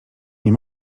nie